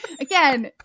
Again